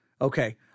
okay